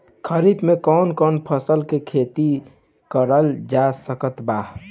खरीफ मे कौन कौन फसल के खेती करल जा सकत बा?